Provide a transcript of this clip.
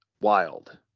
wild